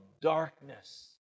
darkness